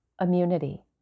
immunity